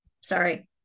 sorry